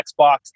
Xbox